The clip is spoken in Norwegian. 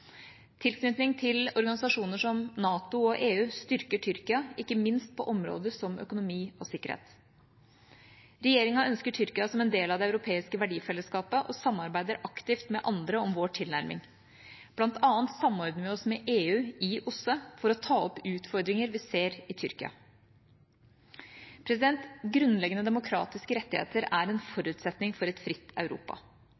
Tilknytning til organisasjoner som NATO og EU styrker Tyrkia, ikke minst på områder som økonomi og sikkerhet. Regjeringa ønsker Tyrkia som en del av det europeiske verdifellesskapet og samarbeider aktivt med andre om vår tilnærming. Blant annet samordner vi oss med EU i OSSE for å ta opp utfordringer vi ser i Tyrkia. Grunnleggende demokratiske rettigheter er en